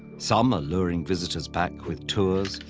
some are luring visitors back with tours,